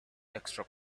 extra